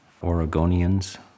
Oregonians